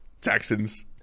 texans